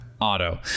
auto